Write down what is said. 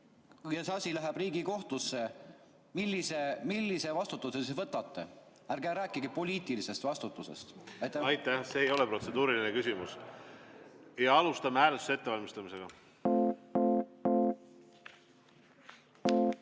ja see asi läheb Riigikohtusse, siis millise vastutuse te võtate? Ärge rääkige poliitilisest vastutusest. Aitäh! See ei ole protseduuriline küsimus. Alustame hääletuse ettevalmistamist. Head